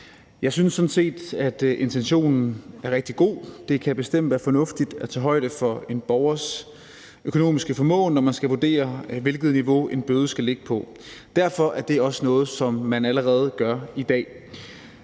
Jeg synes sådan set, at intentionen er rigtig god. Det kan bestemt være fornuftigt at tage højde for en borgers økonomiske formåen, når man skal vurdere, hvilket niveau en bøde skal ligge på. Derfor er det også noget, som man allerede gør i dag.